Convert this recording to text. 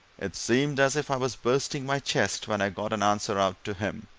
it seemed as if i was bursting my chest when i got an answer out to him.